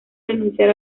renunciar